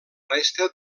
resta